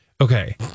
Okay